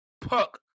puck